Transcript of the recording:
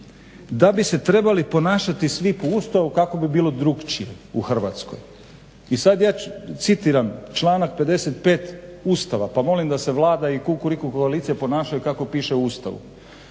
da bi se trebali ponašati svi po Ustavu kako bi bilo drukčije u Hrvatskoj. I sad ja citiram članak 55. Ustava pa molim da se Vlada i Kukuriku koalicija ponašaju kako piše u Ustavu.